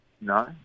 No